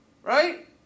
Right